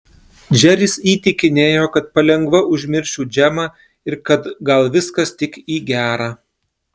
džeris įtikinėjo kad palengva užmiršiu džemą ir kad gal viskas tik į gera